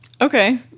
Okay